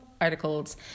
articles